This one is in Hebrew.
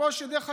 דרך אגב,